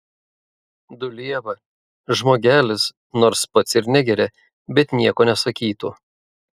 dulieba žmogelis nors pats ir negeria bet nieko nesakytų